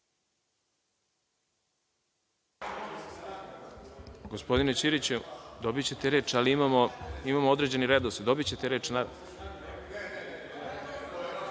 Gospodine Ćiriću, dobićete reč, ali imamo određeni redosled. Dobićete reč.(Goran